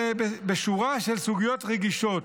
בשורה של סוגיות רגישות.